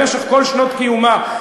במשך כל שנות קיומה,